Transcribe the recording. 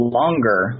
longer